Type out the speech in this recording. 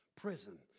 prison